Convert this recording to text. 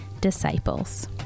disciples